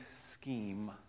scheme